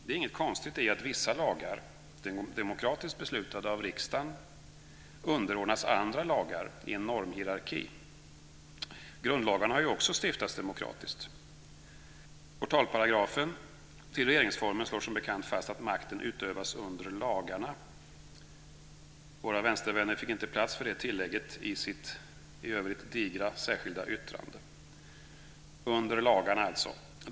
Det är inget konstigt i att vissa lagar, demokratiskt beslutade av riksdagen, underordnas andra lagar i en normhierarki. Grundlagarna har ju också stiftats demokratiskt. Portalparagrafen till regeringsformen slår som bekant fast att makten utövas under lagarna. Våra vänstervänner fick inte plats för det tillägget i sitt i övrigt digra särskilda yttrande.